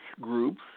groups